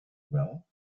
well